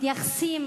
מתייחסים